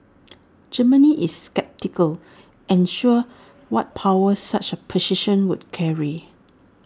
Germany is sceptical unsure what powers such A position would carry